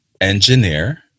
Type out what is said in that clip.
Engineer